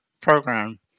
program